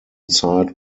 side